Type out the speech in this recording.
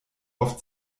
oft